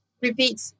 repeat